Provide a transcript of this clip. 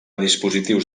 dispositius